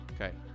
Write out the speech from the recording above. Okay